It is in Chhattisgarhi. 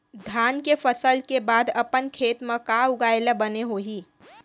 धान के फसल के बाद अपन खेत मा का उगाए ले बने होही?